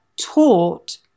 taught